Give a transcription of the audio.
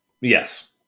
Yes